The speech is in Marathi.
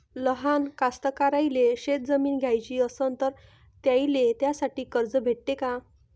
लहान कास्तकाराइले शेतजमीन घ्याची असन तर त्याईले त्यासाठी कर्ज भेटते का?